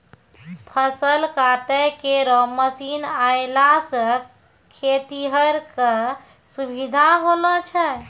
फसल काटै केरो मसीन आएला सें खेतिहर क सुबिधा होलो छै